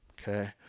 okay